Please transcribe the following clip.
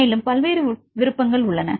மேலும் பல்வேறு விருப்பங்கள் உள்ளன